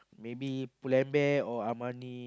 maybe Pull-And-Bear or Armani